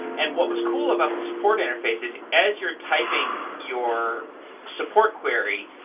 and what was cool about the support interface is as you're typing your support query,